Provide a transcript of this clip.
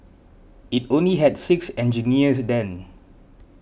it only had six engineers then